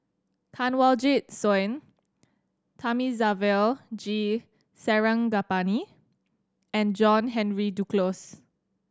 Kanwaljit Soin Thamizhavel G Sarangapani and John Henry Duclos